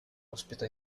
ospita